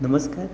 नमस्कार